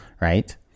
right